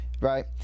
right